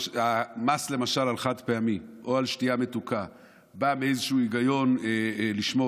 שהמס על חד-פעמי או על שתייה מתוקה בא מהיגיון של לשמור